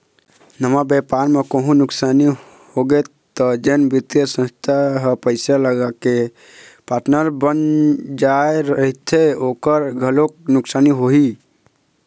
नवा बेपार म कहूँ नुकसानी होगे त जेन बित्तीय संस्था ह पइसा लगाके पार्टनर बन जाय रहिथे ओखर घलोक नुकसानी होही